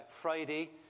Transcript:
Friday